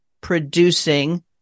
producing